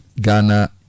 Ghana